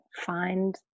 find